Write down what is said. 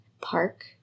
park